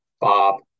Bob